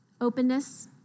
Openness